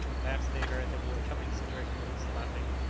perhaps they heard that we were coming, said hercules, laughing.